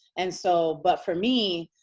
and so but for me,